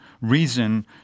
reason